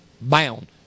Bound